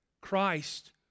Christ